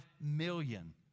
million